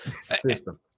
system